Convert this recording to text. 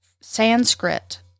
Sanskrit